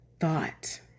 thought